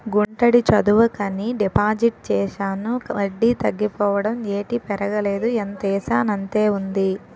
గుంటడి చదువుకని డిపాజిట్ చేశాను వడ్డీ తగ్గిపోవడం ఏటి పెరగలేదు ఎంతేసానంతే ఉంది